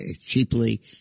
cheaply